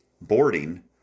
boarding